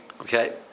Okay